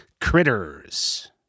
Critters